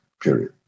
Period